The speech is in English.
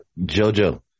Jojo